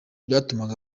byatumaga